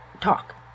talk